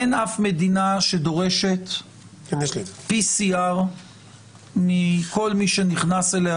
אין אף מדינה שדורשת PCR מכל מי שנכנס אליה,